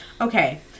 Okay